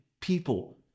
people